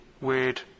weird